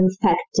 infected